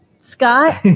Scott